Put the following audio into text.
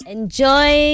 Enjoy